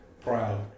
proud